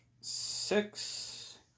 six